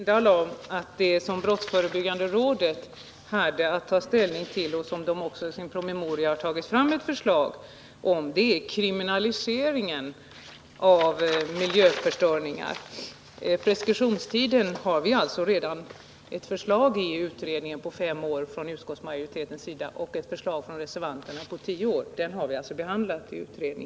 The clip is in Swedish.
Herr talman! Det som brottsförebyggande rådet hade att ta ställning till, och som rådet också i sin promemoria har tagit fram ett förslag om, är kriminaliseringen av miljöförstöringar. Preskriptionstiden — fem år föreslås från utskottets sida och reservanterna föreslår tio år — har vi alltså redan